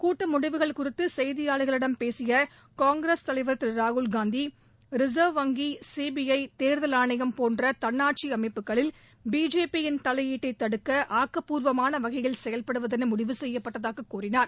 கூட்ட முடிவுகள் குறித்து செய்தியாளர்களிடம் பேசிய காங்கிரஸ் தலைவர் திரு ராகுல் காந்தி ரிசர்வ் வங்கி சிபிஐ தோ்தல் ஆணையம் போன்ற தன்னாட்சி அமைப்புகளில் பிஜேபி யின் தலையீட்டை தடுக்க ஆக்கப்பூர்வமான வகையில் செயல்படுவதென முடிவு செய்யப்பட்டதாக கூறினார்